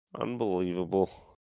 Unbelievable